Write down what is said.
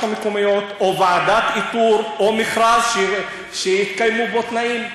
המקומיות או דרך ועדת איתור או במכרז שיתקיימו בו תנאים.